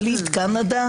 יליד קנדה,